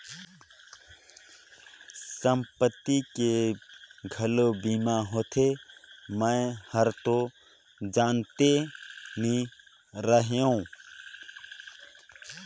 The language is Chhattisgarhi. संपत्ति के घलो बीमा होथे? मे हरतो जानते नही रहेव